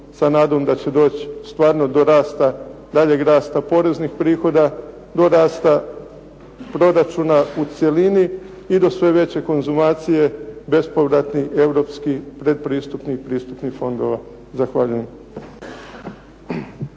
sa nadom da će doći stvarno do rasta, daljeg rasta poreznih prihoda, do rasta proračuna u cjelini i do sve veće konzumacije bespovratnih europskih predpristupnih i pristupnih fondova. Zahvaljujem.